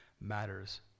matters